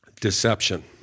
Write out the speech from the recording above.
deception